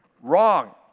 wrong